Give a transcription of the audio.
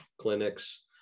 clinics